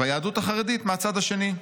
והיהדות החרדית מהצד השני.